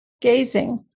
gazing